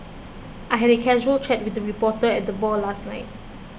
I had a casual chat with a reporter at the bar last night